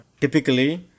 typically